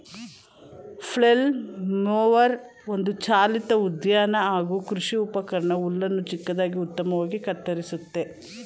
flail mower ಒಂದು ಚಾಲಿತ ಉದ್ಯಾನ ಹಾಗೂ ಕೃಷಿ ಉಪಕರಣ ಹುಲ್ಲನ್ನು ಚಿಕ್ಕದಾಗಿ ಉತ್ತಮವಾಗಿ ಕತ್ತರಿಸುತ್ತೆ